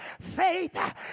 faith